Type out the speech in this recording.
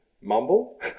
mumble